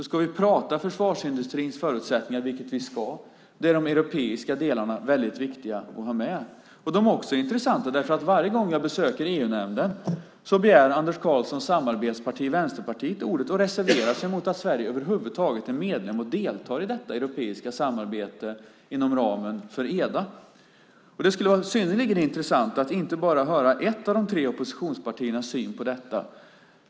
Ska vi tala om försvarsindustrins förutsättningar, vilket vi ska, är de europeiska delarna väldigt viktiga att ha med. De är också intressanta. Varje gång jag besöker EU-nämnden begär representanten för Anders Karlssons samarbetsparti Vänsterpartiet ordet och reserverar sig mot att Sverige över huvud taget är medlem och deltar i detta europeiska samarbete inom ramen för EDA. Det skulle vara synnerligen intressant att inte bara höra ett av de tre oppositionspartiernas syn på detta.